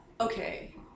Okay